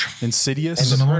insidious